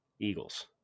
Eagles